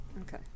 Okay